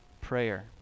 prayer